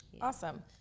Awesome